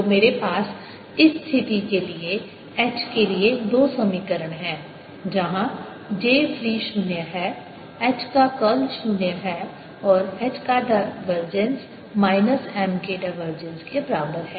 तो मेरे पास इस स्थिति के लिए H के लिए 2 समीकरण हैं जहाँ j फ्री शून्य है H का कर्ल शून्य है और H का डायवर्जेंस माइनस M के डायवर्जेंस के बराबर है